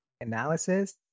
analysis